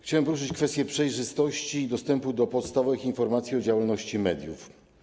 Chciałem poruszyć kwestię przejrzystości i dostępu do podstawowych informacji o działalności mediów.